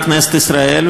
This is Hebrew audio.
בכנסת ישראל,